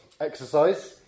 exercise